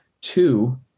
Two